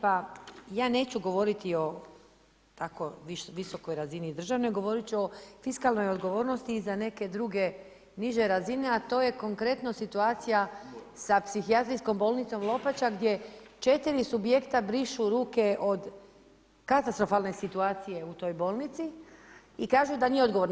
Pa ja neću govoriti o tako visokoj razini državne, govoriti ću o fiskalnoj odgovornosti i za neke druge niže razine a to je konkretno situacija sa psihijatrijskom bolnicom Lopača gdje 4 subjekta brišu ruke od katastrofalne situacije u toj bolnici i kažu da nije odgovorna.